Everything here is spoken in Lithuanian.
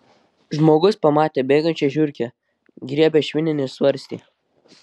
žmogus pamatė bėgančią žiurkę griebia švininį svarstį